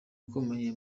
akomeye